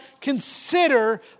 consider